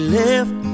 left